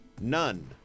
none